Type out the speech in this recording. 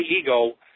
ego